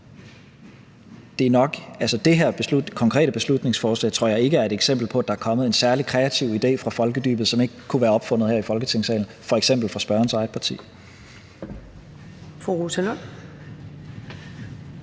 det her konkrete beslutningsforslag tror jeg ikke er et eksempel på, at der er kommet en særlig kreativ idé fra folkedybet, som ikke kunne være opfundet her i Folketinget, f.eks. i spørgerens eget parti.